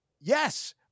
Yes